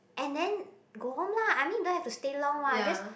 and then go home lah I mean don't have to stay long what just